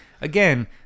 again